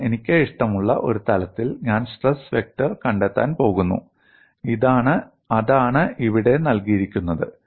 കാരണം എനിക്ക് ഇഷ്ടമുള്ള ഒരു തലത്തിൽ ഞാൻ സ്ട്രെസ് വെക്റ്റർ കണ്ടെത്താൻ പോകുന്നു അതാണ് ഇവിടെ നൽകിയിരിക്കുന്നത്